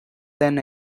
than